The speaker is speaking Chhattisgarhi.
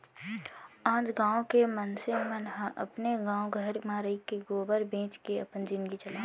आज गॉँव के मनसे मन ह अपने गॉव घर म रइके गोबर बेंच के अपन जिनगी चलात हें